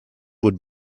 would